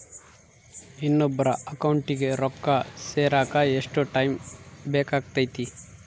ಇನ್ನೊಬ್ಬರ ಅಕೌಂಟಿಗೆ ರೊಕ್ಕ ಸೇರಕ ಎಷ್ಟು ಟೈಮ್ ಬೇಕಾಗುತೈತಿ?